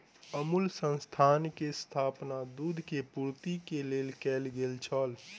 अमूल संस्थान के स्थापना दूध पूर्ति के लेल कयल गेल छल